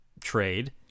trade